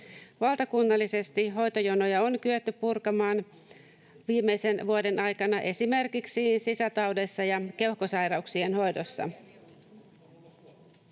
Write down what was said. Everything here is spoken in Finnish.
Valtakunnallisesti hoitojonoja on kyetty purkamaan viimeisen vuoden aikana esimerkiksi sisätaudeissa ja keuhkosairauksien hoidossa.